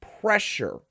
pressure